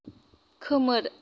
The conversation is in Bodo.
खोमोर